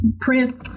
Prince